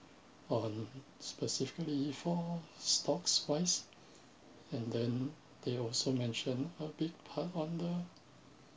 on specifically for stocks wise and then they also mention a big part on the